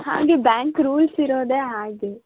ಹಾಗೆ bank rules ಇರೋದೇ ಹಾಗೆ